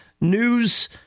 news